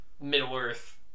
Middle-earth